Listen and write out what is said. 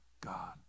god